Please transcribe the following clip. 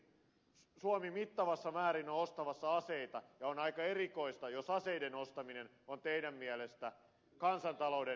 esimerkiksi suomi on mittavassa määrin ostamassa aseita ja on aika erikoista jos aseiden ostaminen on teidän mielestänne kansantalouden elvyttämistä